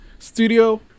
studio